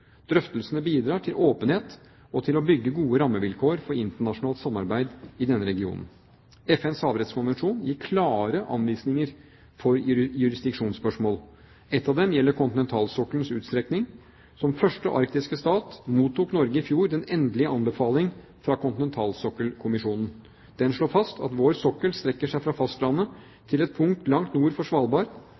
Drøftelsene bidrar til åpenhet og til å bygge gode rammevilkår for internasjonalt samarbeid i denne regionen. FNs havrettskonvensjon gir klare anvisninger for jurisdiksjonsspørsmål. Et av dem gjelder kontinentalsokkelens utstrekning. Som første arktiske stat mottok Norge i fjor den endelige anbefaling fra Kontinentalsokkelkommisjonen. Den slår fast at vår sokkel strekker seg fra fastlandet til et punkt langt nord for Svalbard.